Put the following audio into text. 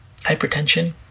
hypertension